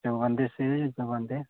शेरवानी सिए छी शेरवानी